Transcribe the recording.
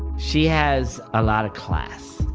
she has a lot of class.